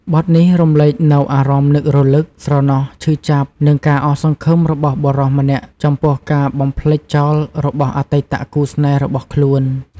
បទនេះរំលេចនូវអារម្មណ៍នឹករលឹក ស្រណោះ ឈឺចាប់ និងការអស់សង្ឃឹមរបស់បុរសម្នាក់ចំពោះការបំភ្លេចចោលរបស់អតីតគូស្នេហ៍របស់ខ្លួន។